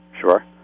Sure